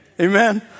Amen